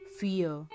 fear